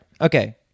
okay